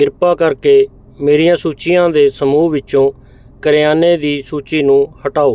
ਕਿਰਪਾ ਕਰਕੇ ਮੇਰੀਆਂ ਸੂਚੀਆਂ ਦੇ ਸਮੂਹ ਵਿੱਚੋਂ ਕਰਿਆਨੇ ਦੀ ਸੂਚੀ ਨੂੰ ਹਟਾਓ